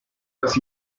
las